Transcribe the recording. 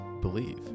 believe